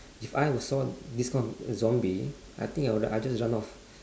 if I was saw this kind of zombie I think I I will just run off